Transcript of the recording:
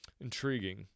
Intriguing